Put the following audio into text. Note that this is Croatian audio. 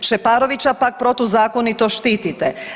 Šeparovića pak protuzakonito štitite.